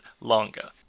longer